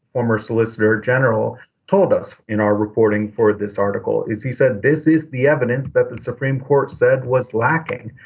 former solicitor general, told us in our reporting for this article is he said this is the evidence that the supreme court said was lacking.